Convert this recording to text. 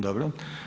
Dobro.